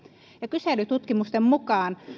ja kyselytutkimusten mukaan